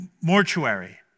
mortuary